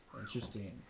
Interesting